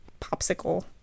popsicle